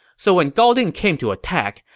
so when gao ding came to attack,